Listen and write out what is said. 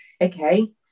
okay